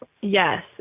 Yes